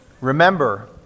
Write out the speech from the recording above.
Remember